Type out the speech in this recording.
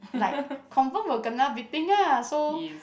like confirm will kena beating lah so